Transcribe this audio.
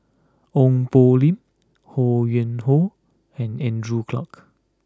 Ong Poh Lim Ho Yuen Hoe and Andrew Clarke